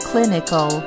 Clinical